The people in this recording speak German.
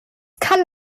kann